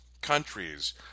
countries